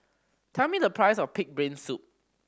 tell me the price of pig brain soup